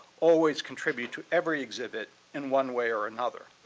always contribute to every exhibit in one way or another,